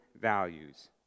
values